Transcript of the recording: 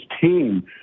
team